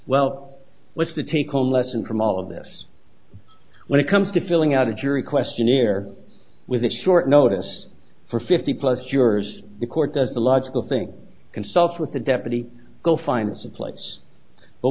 well what's the take home lesson from all of this when it comes to filling out a jury questionnaire with a short notice for fifty plus jurors the court does the logical thing consult with the deputy go find someplace but